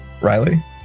Riley